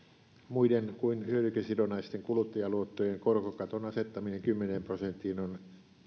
muiden kuin hyödykesidonnaisten kuluttajaluottojen korkokaton asettaminen kymmeneen prosenttiin on